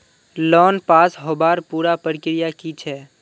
Loan पास होबार पुरा प्रक्रिया की छे?